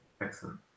Excellent